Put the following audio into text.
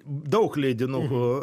daug leidinukų